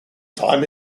time